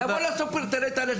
תבוא לסופר ותראה את האנשים.